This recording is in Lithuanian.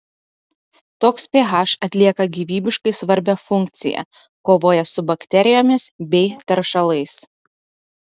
toks ph atlieka gyvybiškai svarbią funkciją kovoja su bakterijomis bei teršalais